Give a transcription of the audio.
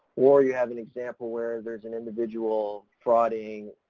or you have an example where there's an individual frauding,